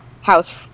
house